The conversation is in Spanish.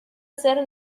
ser